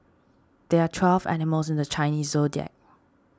there are twelve animals in the Chinese zodiac